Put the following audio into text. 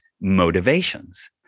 motivations